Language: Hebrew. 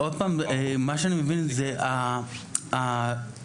אני מבין שהרשות